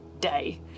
day